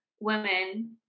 women